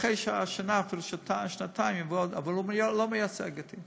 ואחרי שנה או שנתיים יגידו: אבל הוא לא מייצג אותי.